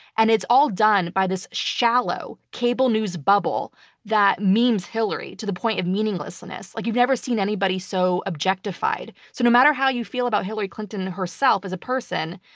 and it's all done by this shallow cable news bubble that demeans hillary to the point of meaninglessness. like, you've never seen anybody so objectified. so no matter how you feel about hillary clinton herself as a person,